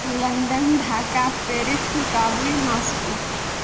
London Dhaka Paris Kabul Moscow